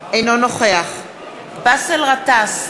אינו נוכח באסל גטאס,